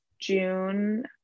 June